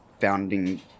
founding